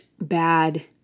bad